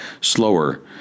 slower